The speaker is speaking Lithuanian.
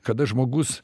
kada žmogus